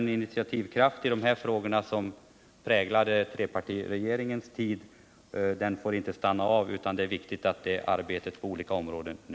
Den initiativkraft som präglade trepartiregeringens tid i vad avser dessa frågor måste få en fortsättning, och det är viktigt att arbetet nu går vidare på olika områden.